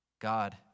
God